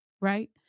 right